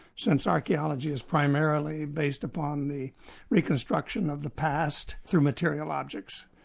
since archaeology is primarily based upon the reconstruction of the past through material objects.